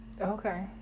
Okay